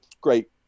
great